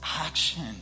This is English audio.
action